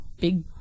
Big